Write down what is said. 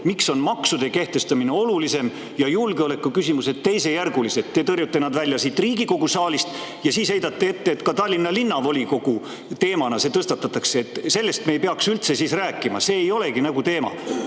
Miks on maksude kehtestamine olulisem ja julgeoleku küsimused teisejärgulised? Te tõrjute need välja siit Riigikogu saalist ja siis heidate ette, et Tallinna Linnavolikogus see teemana tõstatatakse. Sellest me ei peaks üldse rääkima, see ei olegi nagu teema.